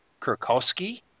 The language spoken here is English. Kurkowski